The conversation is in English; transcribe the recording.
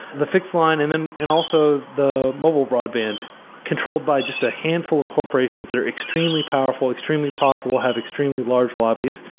the fix line and and and also the mobile broadband controlled by just a handful of corporations that are extremely powerful, extremely profitable, have extremely large lobbies.